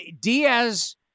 Diaz